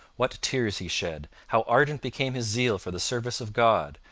what tears he shed! how ardent became his zeal for the service of god!